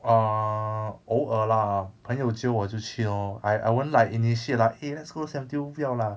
err 偶尔 lah 朋友 jio 我就去 lor I I won't like initiate lah eh let's go siam diu 不要 lah